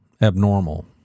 abnormal